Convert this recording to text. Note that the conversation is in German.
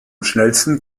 schnellsten